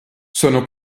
sono